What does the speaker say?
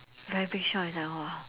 very shock is like !wah!